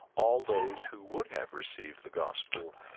all those who would have received the gospel,